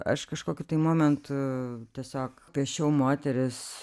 aš kažkokiu momentu tiesiog piešiau moteris